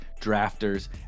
drafters